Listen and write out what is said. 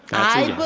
i